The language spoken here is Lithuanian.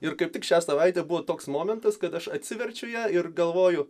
ir kaip tik šią savaitę buvo toks momentas kad aš atsiverčiu ją ir galvoju